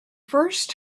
first